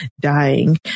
dying